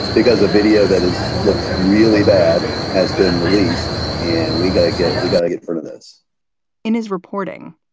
because a video that is. looks really bad has been released. and we got to get. we got to get out sort of this in his reporting,